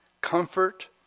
comfort